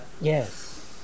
yes